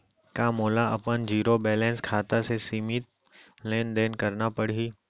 का मोला अपन जीरो बैलेंस खाता से सीमित लेनदेन करना पड़हि?